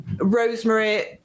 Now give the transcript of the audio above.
rosemary